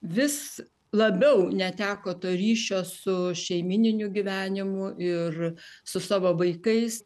vis labiau neteko to ryšio su šeimyniniu gyvenimu ir su savo vaikais